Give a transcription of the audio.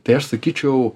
tai aš sakyčiau